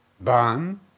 ban